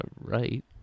right